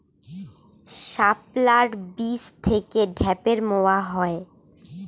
শাপলার বীজ থেকে ঢ্যাপের মোয়া হয়?